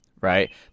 right